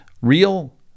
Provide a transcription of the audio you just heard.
real